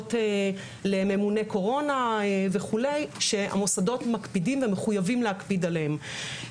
הדרישות לממונה קורונה וכולי שהמוסדות מקפידים ומחויבים להקפיד עליהם.